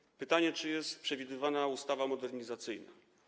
Zadano pytanie, czy jest przewidywana ustawa modernizacyjna.